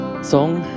Song